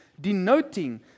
denoting